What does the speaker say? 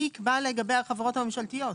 מי יקבע לגבי החברות הממשלתיות?